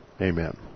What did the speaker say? Amen